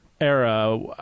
era